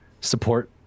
support